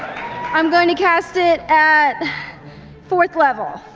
i'm going to cast it at fourth level.